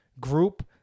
group